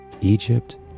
Egypt